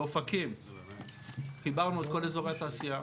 באופקים חיברנו את כל אזורי התעשייה,